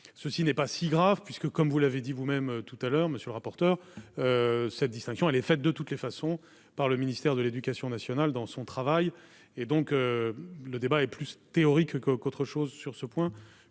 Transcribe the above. ceci n'est pas si grave, puisque, comme vous l'avez dit vous-même tout à l'heure monsieur le rapporteur, cette distinction, elle est faite de toutes les façons, par le ministère de l'éducation nationale dans son travail et donc le débat est plus théorique qu'autre chose sur ce point,